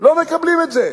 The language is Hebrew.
לא מקבלים את זה.